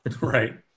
Right